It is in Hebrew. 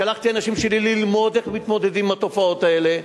שלחתי אנשים שלי ללמוד איך מתמודדים עם התופעות האלה.